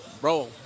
bro